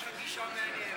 יש לך גישה מעניינת.